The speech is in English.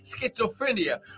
schizophrenia